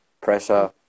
pressure